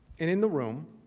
and in the room